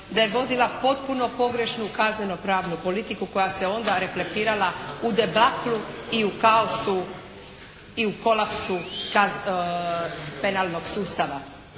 da je vodila potpuno pogrešnu kazneno-pravnu politiku koja se je onda reflektirala u debaklu i u kaosu i u kolapsu penalnog sustava.